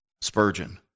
Spurgeon